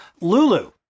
Lulu